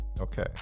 Okay